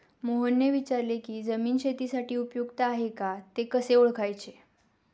मोहनने विचारले की जमीन शेतीसाठी उपयुक्त आहे का ते कसे ओळखायचे?